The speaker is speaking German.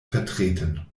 vertreten